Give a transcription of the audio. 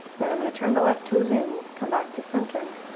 then i'm going to turn the left toes in, come back to center,